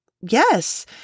Yes